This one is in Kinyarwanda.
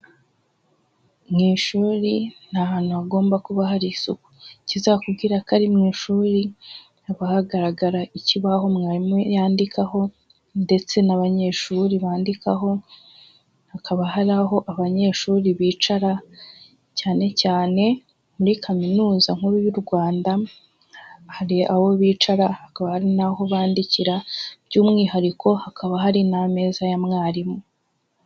Mu ishuri ni ahantu hagomba kuba hari isuku. Ikizakubwira ko ari mu ishuri haba hagaragara ikibaho mwarimu yandikaho, ndetse n'abanyeshuri bandikaho, hakaba hari aho abanyeshuri bicara, cyane cyane muri kaminuza nkuru y'u Rwanda, hari aho bicara hakaba hari n'aho bandikira, by'umwihariko hakaba hari n'ameza ya mwarimu.